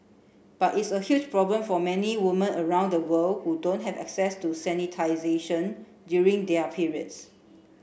but it's a huge problem for many woman around the world who don't have access to during their periods